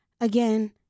Again